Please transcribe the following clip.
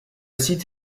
site